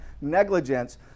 negligence